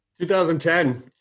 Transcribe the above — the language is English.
2010